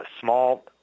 small